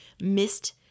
missed